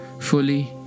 Fully